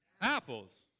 Apples